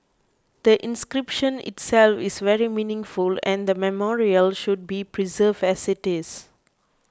the inscription itself is very meaningful and the memorial should be preserved as it is